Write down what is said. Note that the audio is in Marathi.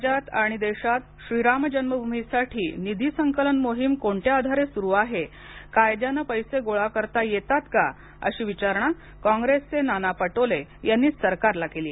राज्यात आणि देशात श्रीराम जन्मभूमीसाठी निधी संकलन मोहीम कोणत्या आधारे सुरू आहे कायद्यानं पैसे गोळा करता येतात का अशी विचारणा कॉंग्रेसचे नाना पटोले यांनी सरकारला विचारणा केली